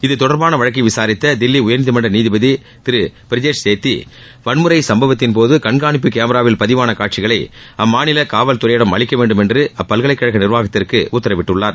இதுதொடர்பான வழக்கை விசாரித்த தில்லி உயர்நீதிமன்ற நீதிபதி திரு பிரஜேஷ் சேத்தி வன்முறைச் சும்பவத்தின்போது கண்காணிப்பு கேமராவில் பதிவான காட்சிகளை அம்மாநில காவல்துறையிடம் அளிக்க வேண்டுமென்று அப்பல்கலைக்கழக நிர்வாகத்திற்கு உத்தாவிட்டுள்ளார்